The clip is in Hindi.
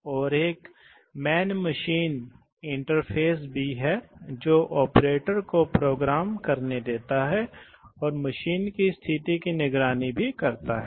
तो कभी कभी आप कर सकते हैं आप डालते हैं मूल रूप से आप दो सिलेंडरों को इस तरह से मिलाते हैं एक सामान्य रॉड के साथ आपके पास एक सामान्य रॉड है लेकिन आपके पास दो अलग सिलेंडर हैं इसलिए आप यहां और यहां दबाव डालते हैं और यहां निकास करते हैं